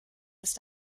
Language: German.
ist